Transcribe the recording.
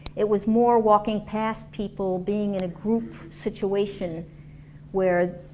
it was more walking past people, being in a group situation where